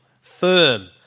firm